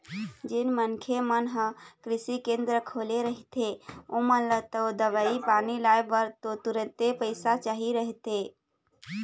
जेन मनखे मन ह कृषि केंद्र खोले रहिथे ओमन ल तो दवई पानी लाय बर तो तुरते पइसा चाही रहिथे